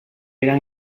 eran